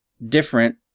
different